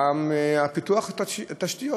גם פיתוח התשתיות.